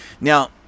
Now